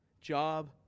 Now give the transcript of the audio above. Job